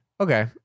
Okay